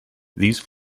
these